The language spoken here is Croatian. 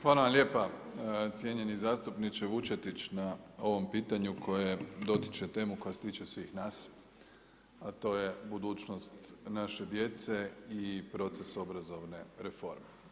Hvala vam lijepa cijenjeni zastupniče Vučetić na ovom pitanju koje dotiče temu koja se tiče svih nas a to je budućnost naše djece i proces obrazovne reforme.